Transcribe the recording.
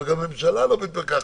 וגם הממשלה לא בית מרקחת.